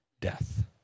death